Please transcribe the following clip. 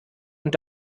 und